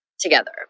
together